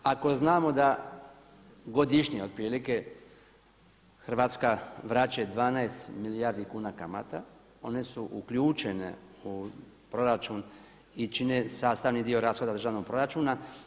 Ako znamo da godišnje otprilike Hrvatska vraća 12 milijardi kuna kamata one su uključene u proračun i čine sastavni dio rashoda državnog proračuna.